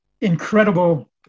incredible